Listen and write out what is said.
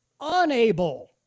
unable